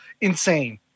insane